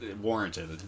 warranted